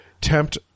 tempt